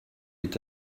est